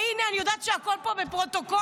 והינה, אני יודעת שהכול פה בפרוטוקול.